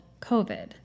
COVID